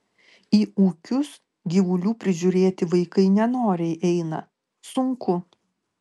į ūkius gyvulių prižiūrėti vaikai nenoriai eina sunku